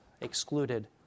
excluded